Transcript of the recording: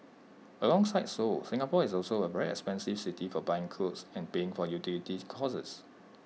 alongside Seoul Singapore is also A very expensive city for buying clothes and paying for utility costs